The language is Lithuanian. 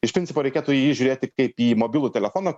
iš principo reikėtų į jį žiūrėti kaip į mobilų telefoną